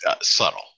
subtle